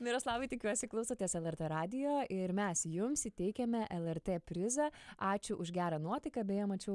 miroslavai tikiuosi klausotės lrt radijo ir mes jums įteikiame lrt prizą ačiū už gerą nuotaiką beje mačiau